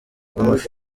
bw’amafi